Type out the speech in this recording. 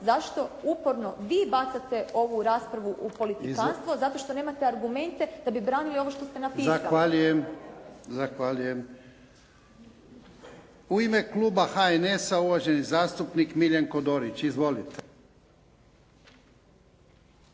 zašto uporno vi bacate ovu raspravu u politikanstvo zato što nemate argumente da bi branili ovo što ste napisali. **Jarnjak, Ivan (HDZ)** Zahvaljujem. U ime kluba HNS-a uvaženi zastupnik Miljenko Dorić. Izvolite.